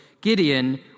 Gideon